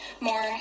more